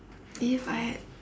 if I had